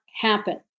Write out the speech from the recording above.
happen